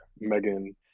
Megan